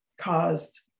caused